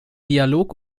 dialog